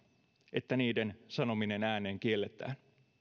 että niiden sanominen ääneen kielletään